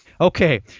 Okay